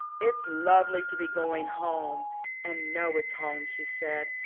it's lovely to be going home and know it's home, she said.